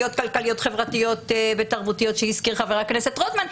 זכויות כלכליות-חברתיות ותרבותיות שהזכיר חבר הכנסת רוטמן,